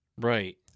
Right